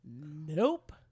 Nope